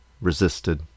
resisted